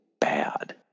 bad